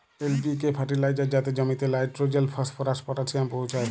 LPK fertiliser যাতে জমিতে nitrogen, phosphorus, potassium পৌঁছায়